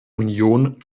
union